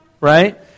Right